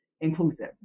inclusive